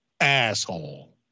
asshole